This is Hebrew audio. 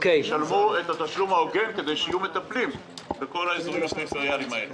שלמו את התשלום ההוגן כדי שיהיו מטפלים בכל האזורים הפריפריאליים האלה.